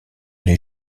les